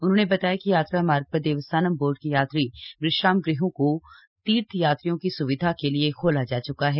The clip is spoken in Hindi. उन्होंने बताया कि यात्रा मार्ग पर देवस्थानम बोर्ड के यात्री विश्राम गृहों को तीर्थ यात्रियों की सुविधा के लिए खोला जा च्का है